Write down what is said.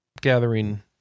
gathering